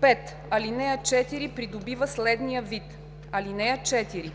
5. ал. 4 придобива следния вид: „(4)